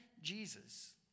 Jesus